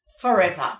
forever